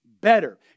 better